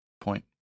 point